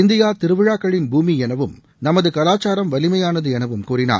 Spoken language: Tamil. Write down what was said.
இந்தியா திருவிழாக்களின் பூமி எனவும் நமது கலாச்சாரம் வலிமையானது எனவும் கூறினார்